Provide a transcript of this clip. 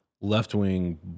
left-wing